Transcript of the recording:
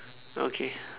okay